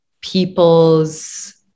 people's